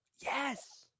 yes